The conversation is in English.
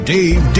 Dave